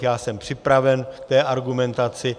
Já jsem připraven k té argumentaci.